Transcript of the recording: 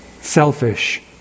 Selfish